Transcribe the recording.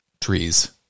trees